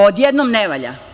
Odjednom ne valja.